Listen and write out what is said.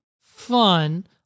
fun